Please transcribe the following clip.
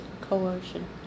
coercion